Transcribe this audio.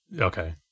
Okay